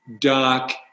dark